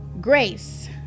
grace